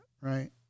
right